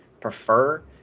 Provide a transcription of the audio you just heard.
prefer